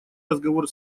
разговор